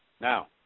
Now